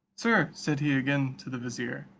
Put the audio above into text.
sir, said he again to the vizier,